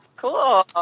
Cool